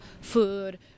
food